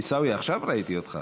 עיסאווי, עכשיו ראיתי אותך.